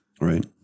Right